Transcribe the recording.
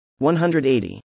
180